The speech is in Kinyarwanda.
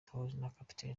capt